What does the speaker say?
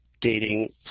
dating